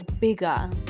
bigger